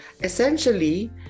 Essentially